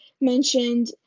mentioned